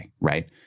right